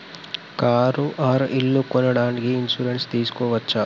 Car or ఇల్లు కొనడానికి insurance తీస్కోవచ్చా?